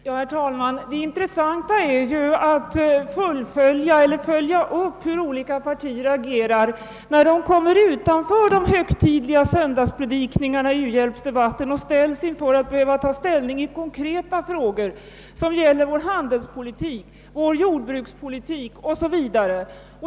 Herr talman! Det intressanta är ju att följa upp hur olika partier agerar när de kommer utanför de högtidliga söndagspredikningarna i u-hjälpsdebatten och måste ta ställning i konkreta frågor som gäller vår handelspolitik, vår jordbrukspolitik o. s. v.